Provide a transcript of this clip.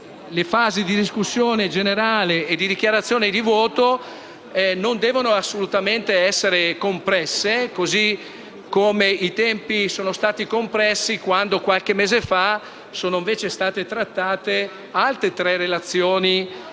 le fasi di discussione generale e di dichiarazione di voto non devono assolutamente essere compresse, così come sono stati compressi i tempi quando, qualche mese fa, sono state trattate altre tre relazioni licenziate